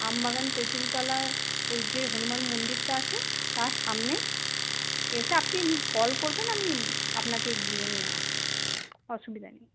আমবাগান তেঁতুলতলায় ওই যে হনুমান মন্দিরটা আছে তার সামনে এসে আপনি কল করবেন আমি আপনাকে গিয়ে নিয়ে আসবো অসুবিধা নেই